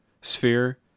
sphere